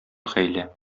хәйлә